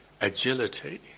agility